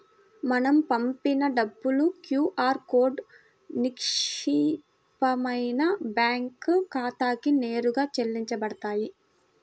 మనం పంపిన డబ్బులు క్యూ ఆర్ కోడ్లో నిక్షిప్తమైన బ్యేంకు ఖాతాకి నేరుగా చెల్లించబడతాయి